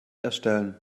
erstellen